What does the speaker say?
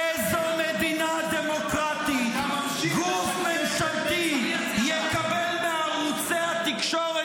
באיזו מדינה דמוקרטית גוף ממשלתי יקבל מערוצי התקשורת